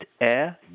air